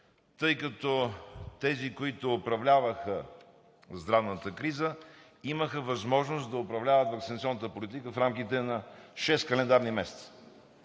тъй като тези, които управляваха здравната криза, имаха възможност да управляват ваксинационната политика в рамките на шест календарни месеца.